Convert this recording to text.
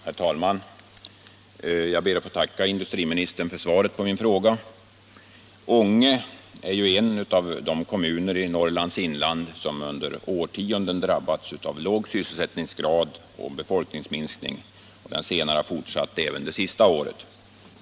Herr talman! Jag ber att få tacka industriministern för svaret på min fråga. Ånge är ju en av de kommuner i Norrlands inland som under årtionden drabbats av låg sysselsättning och befolkningsminskning. Den senare fortsatte också under 1976.